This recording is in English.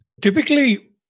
Typically